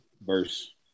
verse